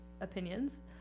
opinions